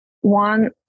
One